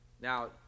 Now